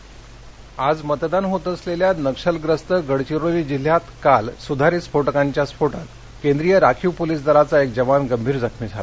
नक्षल हल्ला आज मतदान होत असलेल्या नक्षलग्रस्त गडचिरोली जिल्ह्यात काल सुधारित स्फोटकांच्या स्फोटात केंद्रीय राखीव पोलीस दलाचा एक जवान गंभीर जखमी झाला